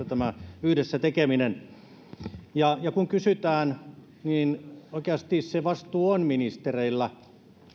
tämä yhdessä tekeminen on vastavuoroista ja kun kysytään niin oikeasti se vastuu on ministereillä